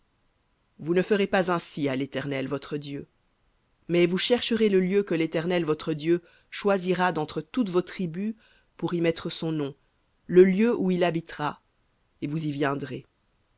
vous ne ferez pas ainsi à l'éternel votre dieu mais vous chercherez le lieu que l'éternel votre dieu choisira d'entre toutes vos tribus pour y mettre son nom le lieu où il habitera et vous y viendrez